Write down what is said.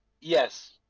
Yes